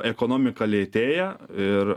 ekonomika lėtėja ir